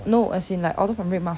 no as in like order from redmart